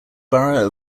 borough